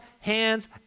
hands